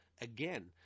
again